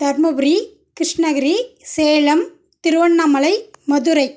Dharmapuri Krishnagiri Salem Tiruvannamalai Madurai